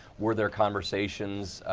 werther conversations.